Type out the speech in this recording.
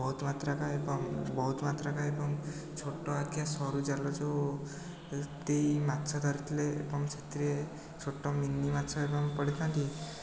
ବହୁତ ମାତ୍ରା ଥାଏ ଏବଂ ବହୁତ ମାତ୍ରା ଥାଏ ଏବଂ ଛୋଟ ଆଖିଆ ସରୁ ଜାଲ ଯେଉଁ ମାଛ ଧରିଥିଲେ ଏବଂ ସେଥିରେ ଛୋଟ ମିନି ମାଛ ଏବଂ ପଢ଼ିଥାନ୍ତି